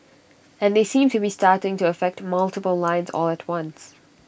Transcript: and they seem to be starting to affect multiple lines all at once